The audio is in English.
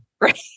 Right